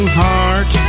heart